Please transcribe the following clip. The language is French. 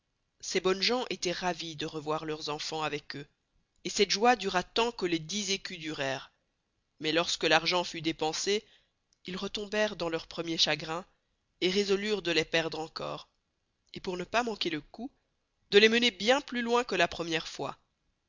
ces bonnes gens étoient ravis de revoir leurs enfans avec eux et cette joye dura tant que les dix écus durèrent mais lors que l'argent fut dépensé ils retomberent dans leur premier chagrin et résolurent de les perdre encore et pour ne pas manquer leur coup de les mener bien plus loin que la premiere fois